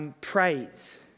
Praise